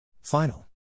Final